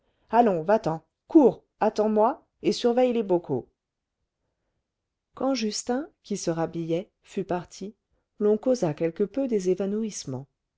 allons va-t'en cours attends-moi et surveille les bocaux quand justin qui se rhabillait fut parti l'on causa quelque peu des évanouissements